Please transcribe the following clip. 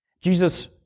Jesus